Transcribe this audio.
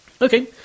Okay